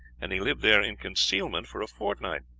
and he lived there in concealment for a fortnight.